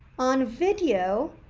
on video